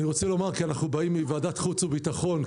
אנחנו באים מוועדת חוץ וביטחון,